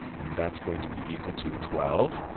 and that's going to be equal to twelve.